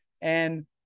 And-